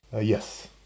Yes